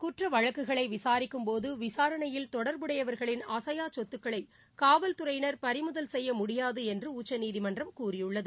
குற்ற வழக்குகளை விசாிக்கும்போது விசாரணையில் தொடர்புடையவர்களின் அசையா சொத்துக்களை காலவ்துறையினா் பறிமுதல் செய்ய முடியாது என்று உச்சநீதிமன்றம் கூறியுள்ளது